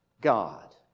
God